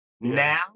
Now